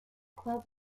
club